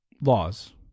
laws